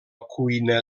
cuina